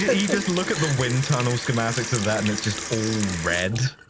you just look at the wind tunnel schematics of that and it's just all red.